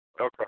Okay